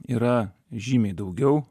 yra žymiai daugiau